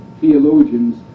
theologians